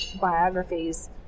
biographies